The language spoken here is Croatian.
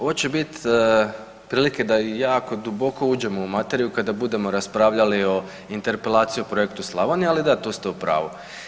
Ovo će bit prilike da i jako duboko uđemo u materiju kada budemo raspravljali o interpelaciji o projektu Slavonija, ali da tu ste u pravu.